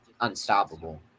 unstoppable